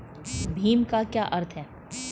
भीम का क्या अर्थ है?